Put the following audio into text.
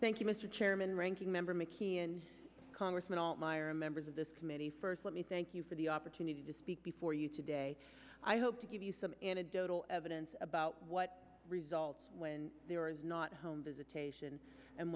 thank you mr chairman ranking member mckeon congressman all myron members of this committee first let me thank you for the opportunity to speak before you today i hope to give you some anecdotal evidence about what results when there is not home visitation and